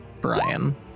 Brian